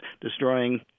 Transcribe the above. destroying